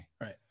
Right